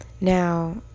Now